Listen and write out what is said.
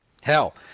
Hell